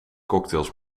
cocktails